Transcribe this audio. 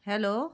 hello